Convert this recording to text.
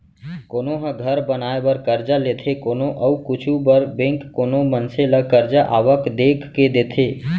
कोनो ह घर बनाए बर करजा लेथे कोनो अउ कुछु बर बेंक कोनो मनसे ल करजा आवक देख के देथे